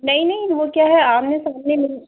नहीं नहीं वह क्या है आमने सामने मिल